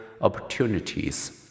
opportunities